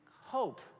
hope